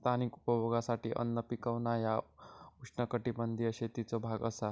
स्थानिक उपभोगासाठी अन्न पिकवणा ह्या उष्णकटिबंधीय शेतीचो भाग असा